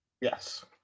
Yes